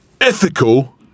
Ethical